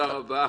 תודה רבה.